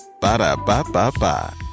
Ba-da-ba-ba-ba